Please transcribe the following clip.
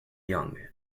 young